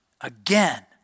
again